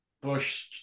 Bush